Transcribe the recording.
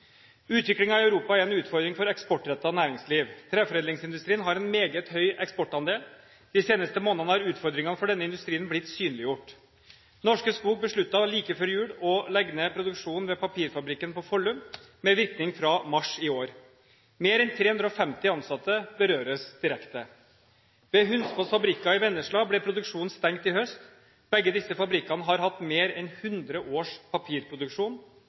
i Europa er en utfordring for eksportrettet næringsliv. Treforedlingsindustrien har en meget høy eksportandel. De seneste månedene har utfordringene for denne industrien blitt synliggjort. Norske Skog besluttet like før jul å legge ned produksjonen ved papirfabrikken på Follum, med virkning fra mars i år. Mer enn 350 ansatte berøres direkte. Ved Hunsfos Fabrikker i Vennesla ble produksjonen stengt i høst. Begge disse fabrikkene har hatt mer enn 100 års papirproduksjon.